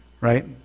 right